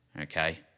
okay